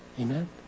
Amen